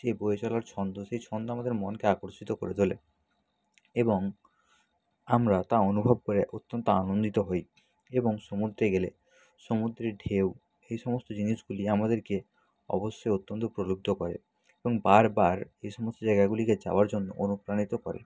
যে বয়ে চলার ছন্দ সে ছন্দ আমাদের মনকে আকর্ষিত করে তোলে এবং আমরা তা অনুভব করে অত্যন্ত আনন্দিত হই এবং সমুদ্রে গেলে সমুদ্রের ঢেউ এই সমস্ত জিনিসগুলি আমাদেরকে অবশ্যই অত্যন্ত প্রলুব্ধ করে এবং বারবার এসমস্ত জায়গাগুলিকে যাওয়ার জন্য অনুপ্রাণিত করে